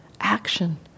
action